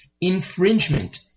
infringement